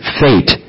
fate